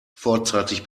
vorzeitig